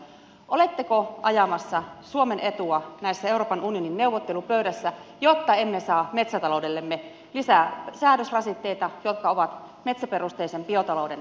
oletteko ajamassa suomen etua näissä euroopan unionin neuvottelupöydissä jotta emme saa metsätaloudellemme lisää säädösrasitteita jotka ovat metsäperusteisen biotalouden este